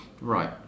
Right